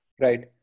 Right